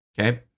Okay